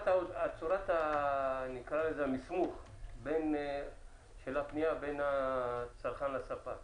צורת המסמוך של הפנייה בין הצרכן לספק